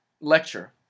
lecture